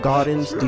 Gardens